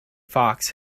fox